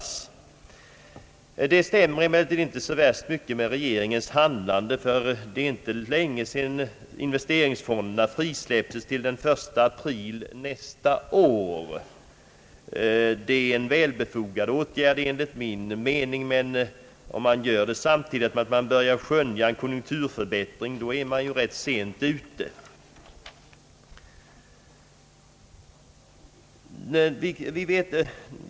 Dessa yttranden stämmer emellertid inte särskilt väl med regeringens handlande, Det är inte länge sedan man fattade beslut om att frisläppa investeringsfonderna till den 1 april nästa år, Detta är en väl befogad åtgärd enligt min mening. Men om man vidtager den samtidigt med att man börjar skönja en konjunkturförbättring, då är man ganska sent ute.